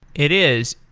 it is,